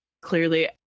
clearly